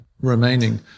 remaining